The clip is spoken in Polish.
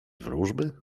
wróżby